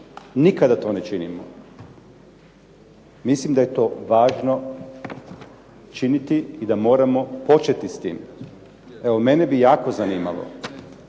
nikada to ne činimo. Mislim da je to važno činiti i da moramo početi s tim. Evo, mene bi jako zanimalo